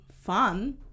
fun